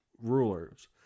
rulers